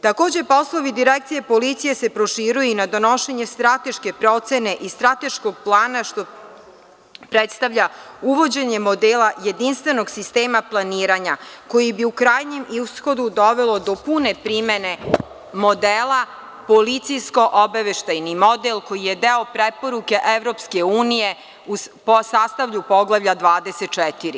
Takođe poslovi Direkcije policije se proširuje i na donošenje strateške procene i strateškog plana, što predstavlja uvođenje modela jedinstvenog sistema planiranja, koji bi u krajnjem ishodu dovelo do pune primene modela policijsko-obaveštajni model, koji je deo preporuke EU po sastavlju poglavlja 24.